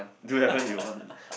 do whatever you want lah